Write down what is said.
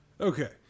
Okay